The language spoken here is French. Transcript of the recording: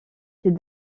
ses